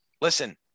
listen